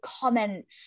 comments